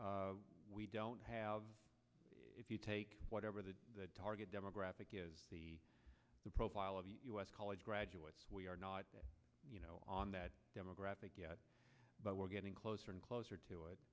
places we don't have if you take whatever the target demographic is the profile of us college graduates we are not you know on that demographic yet but we're getting closer and closer to it